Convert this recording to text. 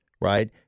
right